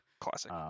classic